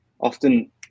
often